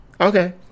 Okay